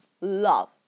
Love